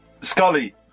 Scully